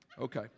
Okay